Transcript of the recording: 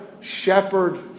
Shepherd